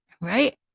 Right